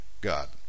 god